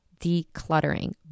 decluttering